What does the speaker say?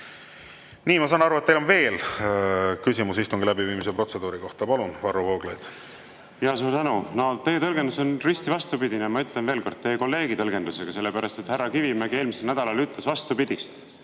Nii, ma saan aru, et teil on veel küsimus istungi läbiviimise protseduuri kohta. Palun, Varro Vooglaid! Jaa, suur tänu! Teie tõlgendus on risti vastupidine, ma ütlen veel kord, teie kolleegi tõlgendusega. Härra Kivimägi eelmisel nädalal ütles vastupidist: